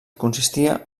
consistia